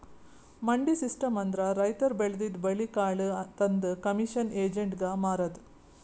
ಮಂಡಿ ಸಿಸ್ಟಮ್ ಅಂದ್ರ ರೈತರ್ ಬೆಳದಿದ್ದ್ ಬೆಳಿ ಕಾಳ್ ತಂದ್ ಕಮಿಷನ್ ಏಜೆಂಟ್ಗಾ ಮಾರದು